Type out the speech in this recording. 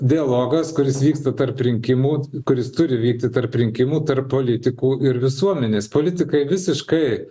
dialogas kuris vyksta tarp rinkimų kuris turi vykti tarp rinkimų tarp politikų ir visuomenės politikai visiškai